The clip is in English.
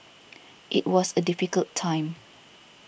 it was a difficult time